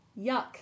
Yuck